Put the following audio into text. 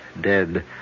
dead